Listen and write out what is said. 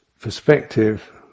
perspective